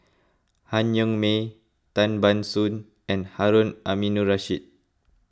Han Yong May Tan Ban Soon and Harun Aminurrashid